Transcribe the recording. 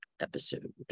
episode